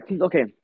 Okay